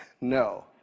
No